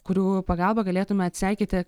kurių pagalba galėtume atseikėti